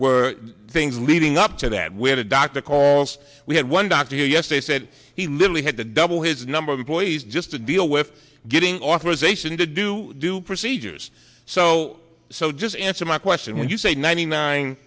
were things leading up to that where the doctor calls we had one doctor yes they said he literally had to double his number of employees just to deal with getting authorization to do new procedures so so just answer my question when you say ninety nine